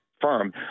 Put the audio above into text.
firm